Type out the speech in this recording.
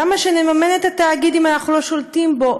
למה שנממן את התאגיד אם אנחנו לא שולטים בו,